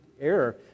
error